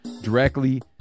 directly